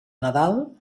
nadal